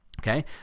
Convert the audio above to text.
Okay